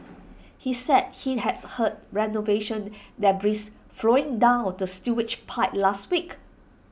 he said he had heard renovation debris flowing down the pipe last week